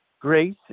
grace